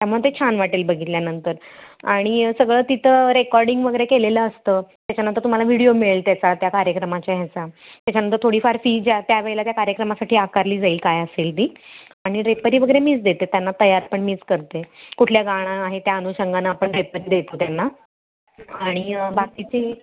त्यामुळे ते छान वाटेल बघितल्यानंतर आणि सगळं तिथं रेकॉर्डिंग वगैरे केलेलं असतं त्याच्यानंतर तुम्हाला व्हिडिओ मिळेल त्याचा त्या कार्यक्रमाच्या ह्याचा त्याच्यानंतर थोडीफार फी ज्या त्यावेळेला त्या कार्यक्रमासाठी आकारली जाईल काय असेल ती आणि रेपरी वगैरे मीच देते त्यांना तयार पण मीच करते कुठल्या गाणं आहे त्या अनुषंगांनं आपण ड्रेपरी देतो त्यांना आणि बाकीची